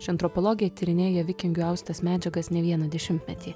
ši antropologė tyrinėja vikingai austas medžiagas ne vieną dešimtmetį